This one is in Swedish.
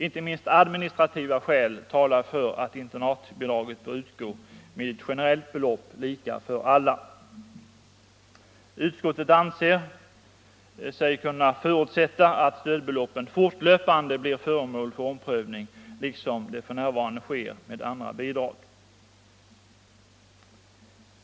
Inte minst administrativa skäl talar för att internatbidraget bör utgå med ett generellt belopp lika för alla. Utskottet anser sig kunna förutsätta att stödbeloppen fortlöpande blir föremål för omprövning, liksom f.n. sker med andra bidrag.